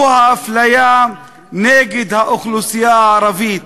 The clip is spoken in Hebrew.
הוא האפליה נגד האוכלוסייה הערבית.